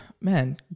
Man